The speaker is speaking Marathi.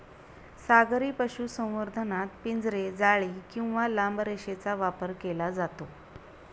सागरी पशुसंवर्धनात पिंजरे, जाळी किंवा लांब रेषेचा वापर केला जातो